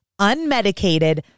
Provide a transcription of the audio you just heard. unmedicated